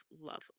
love